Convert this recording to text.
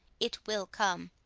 it will come,